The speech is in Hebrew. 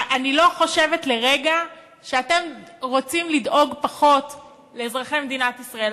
אני לא חושבת לרגע שאתם רוצים לדאוג פחות לאזרחי מדינת ישראל,